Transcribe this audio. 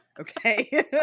Okay